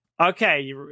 okay